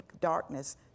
darkness